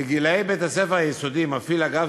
לגילאי בית-הספר היסודי מפעיל אגף